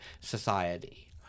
society